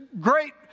great